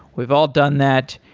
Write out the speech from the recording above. we've all done that,